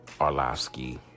Arlovsky